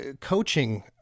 coaching